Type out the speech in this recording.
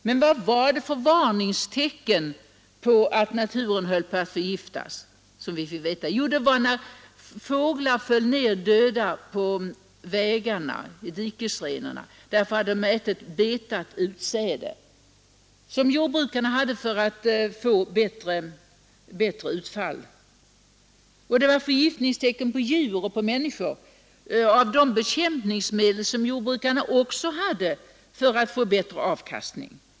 Men vad fick vi för varningstecken på att naturen höll på att förgiftas? Jo, det var fåglar som föll ned döda på vägarna och i dikesrenarna, därför att de hade ätit betat utsäde som jordbrukarna använt för att få ett bättre skördeutfall. Det visade sig även hos djur och människor förgiftningstecken som orsakades av de bekämpningsmedel som jordbrukarna också använde för att få en bättre avkastning.